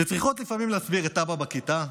שצריכות לפעמים להסביר את אבא בכיתה,